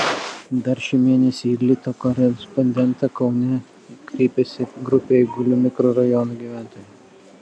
dar šį mėnesį į lito korespondentą kaune kreipėsi grupė eigulių mikrorajono gyventojų